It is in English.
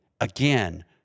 Again